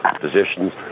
positions